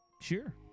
Sure